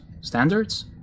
standards